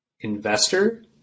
investor